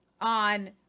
on